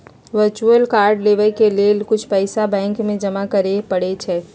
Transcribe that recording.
virtual card लेबेय के लेल कुछ पइसा बैंक में जमा करेके परै छै